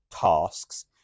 tasks